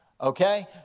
okay